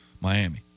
Miami